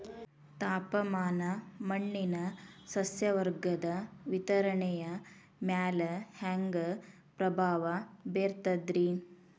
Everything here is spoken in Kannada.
ತಾಪಮಾನ ಮಣ್ಣಿನ ಸಸ್ಯವರ್ಗದ ವಿತರಣೆಯ ಮ್ಯಾಲ ಹ್ಯಾಂಗ ಪ್ರಭಾವ ಬೇರ್ತದ್ರಿ?